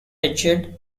edged